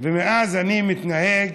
ומאז אני מתנהג,